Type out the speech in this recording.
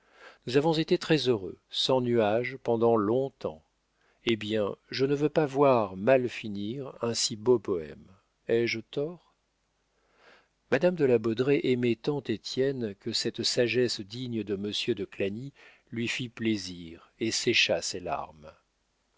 nous avons été très-heureux sans nuages pendant long-temps eh bien je ne veux pas voir mal finir un si beau poème ai-je tort madame de la baudraye aimait tant étienne que cette sagesse digne de monsieur de clagny lui fit plaisir et sécha ses larmes